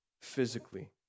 physically